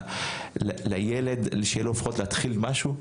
שחסכו 50 אלף שקל לילד שיהיה לו לפחות להתחיל משהו,